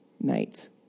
night